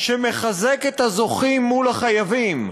שמחזק את הזוכים מול החייבים,